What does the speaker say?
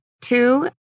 Two